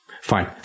Fine